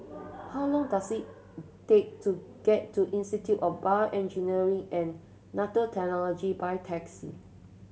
how long does it take to get to Institute of Bio Engineering and Nanotechnology by taxi